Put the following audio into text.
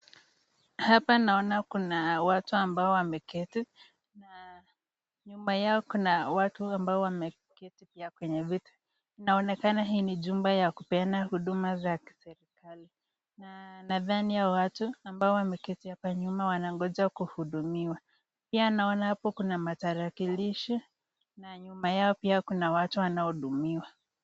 Hapa naona kuna watu ambao wameketi, na nyuma yao kuna watu ambao wameketi pia kwenye viti. Inaonekana hii ni jumba ya kupeana huduma za kiserikali, na nadhani hawa watu ambao wameketi wanangoja kuhudumiwa, pia naona hapo kuna matarakilishi, na nyuma yao pia kuna watu wanaohudumiwa.